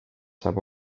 saab